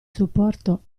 supporto